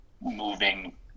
moving